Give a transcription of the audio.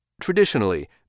Traditionally